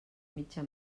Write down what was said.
mitja